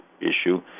issue